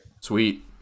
Sweet